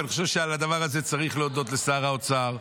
ואני חושב שעל הדבר הזה צריך להודות לשר האוצר,